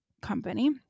company